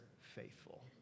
faithful